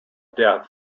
death